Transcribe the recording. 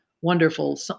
wonderful